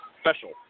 special